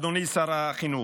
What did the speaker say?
אדוני שר החינוך,